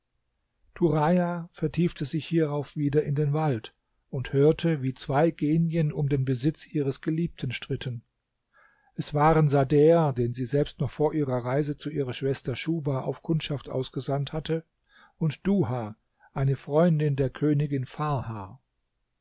vertiefte sich hierauf wieder in den wald und hörte wie zwei genien um den besitz ihres geliebten stritten es war sader den sie selbst noch vor ihrer reise zu ihrer schwester schuhba auf kundschaft ausgesandt hatte und duha eine freundin der königin farha